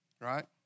right